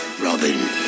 Robin